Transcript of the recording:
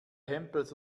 hempels